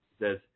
says